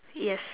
yes